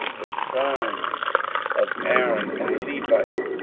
the sons of aaron, and the levites,